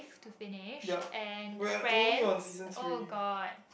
to finish and friends oh god